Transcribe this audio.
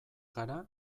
gara